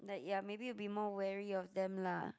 like ya maybe you'll be more wary of them lah